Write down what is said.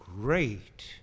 great